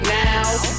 now